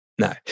No